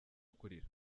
kurira